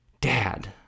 Dad